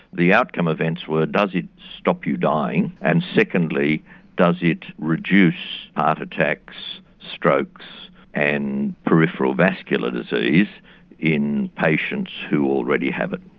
the outcome events were does it stop you dying, and secondly does it reduce heart attacks, strokes and peripheral vascular disease in patients who already have it.